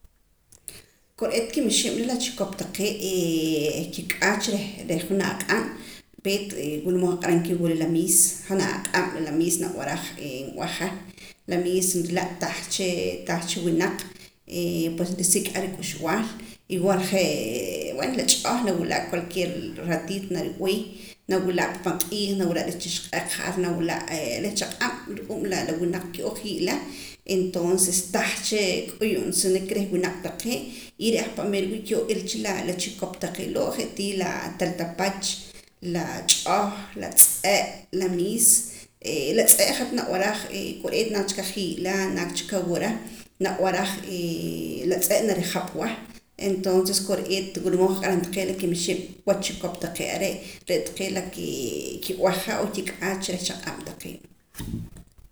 Kore'eet kimixi'm reh la chikopa taqee' kik'aach reh junaj aq'ab' peet wula mood nqaq'aram ke wula la miis janaj aq'ab' la miis nab'araj nb'eja la miis nrila tah cha tah cha winaq pues nrisik' ar rik'uxb'aal igual je' bueno la ch'oh nawila' cualquier ratito narib'ee nawila' pa pan q'iij nawila' reh chixq'eq ja'ar nawila' re chaq'ab' ru'uum la winaq ki'oo jii'la entonces tah cha k'uyunsinik reh winaqe taqee' y re' ahpa' rmeer wii' ki'oo ila cha la chikop taqee' loo' je' tii la taltapach la ch'oh la tz'e' la miis la tz'e' jat nab'araj kore'eet naak ajii'la naak cha kawura na b'araj la tz'e' na rijapwa entonces kore'eet wula mood nqaq'aram taqee' la kimixi'm wach chikop taqee' are' re' taqee' la kikeb'eja o kik'ach reh chaq'ab' taqee'